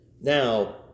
Now